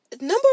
number